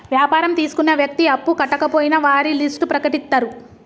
వ్యాపారం తీసుకున్న వ్యక్తి అప్పు కట్టకపోయినా వారి లిస్ట్ ప్రకటిత్తరు